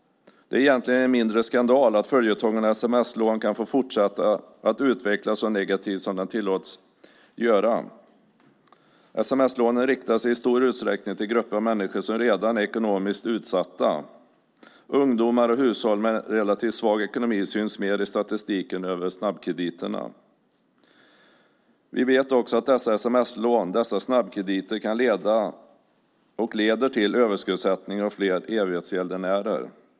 Det är egentligen en mindre skandal att följetongen sms-lån kan få fortsätta att utvecklas så negativt som den tillåts göra. Sms-lånen riktar sig i stor utsträckning till grupper av människor som redan är ekonomiskt utsatta. Ungdomar och hushåll med relativt svag ekonomi syns mer i statistiken över snabbkrediterna. Vi vet också att dessa sms-lån, dessa snabbkrediter, kan leda och leder till överskuldsättning och fler evighetsgäldenärer.